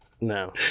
No